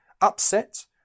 Upset